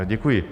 Děkuji.